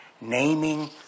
Naming